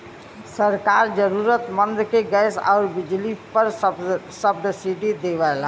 सरकार जरुरतमंद के गैस आउर बिजली पर सब्सिडी देवला